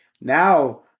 Now